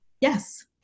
Yes